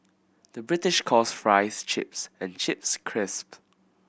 the British calls fries chips and chips crisp